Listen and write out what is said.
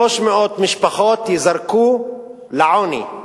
300 ייזרקו לעוני.